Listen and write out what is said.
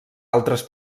altres